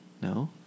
No